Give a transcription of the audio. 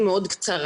היא מאוד קצרה.